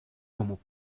como